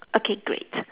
okay great